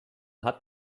hat